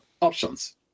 options